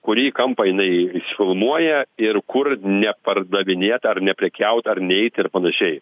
kurį kampą jinai filmuoja ir kur nepardavinėt ar neprekiaut ar neit ir panašiai